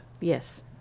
Yes